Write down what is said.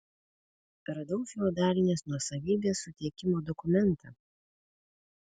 radau feodalinės nuosavybės suteikimo dokumentą